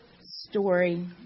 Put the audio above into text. story